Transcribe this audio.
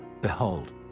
Behold